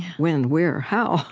when? where? how?